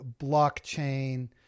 blockchain